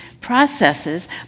processes